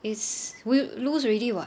it's wi~ lose already [what]